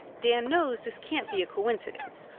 dan knows this can't be a coincidence.